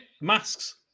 Masks